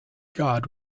god